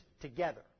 together